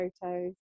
photos